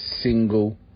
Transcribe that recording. single